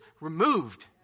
removed